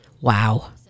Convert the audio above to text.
Wow